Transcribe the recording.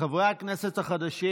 לחברי הכנסת החדשים,